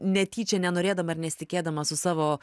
netyčia nenorėdama ir nesitikėdamas su savo